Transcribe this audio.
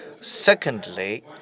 Secondly